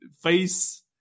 face